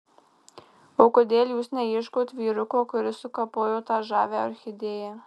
o kodėl jūs neieškot vyruko kuris sukapojo tą žavią orchidėją